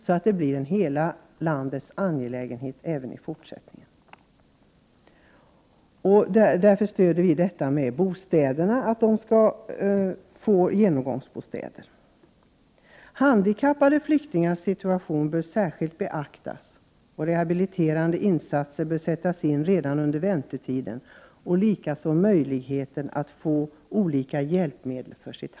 Det här måste vara en angelägenhet för hela landet även i fortsättningen. Således stöder vi förslaget om att flyktingarna skall få genomgångsbostäder. Handikappade flyktingars situation bör särskilt beaktas. Rehabiliteringsinsatser bör göras redan under väntetiden. Likaså skall handikappade flyktingar ha tillgång till de olika hjälpmedel som de behöver.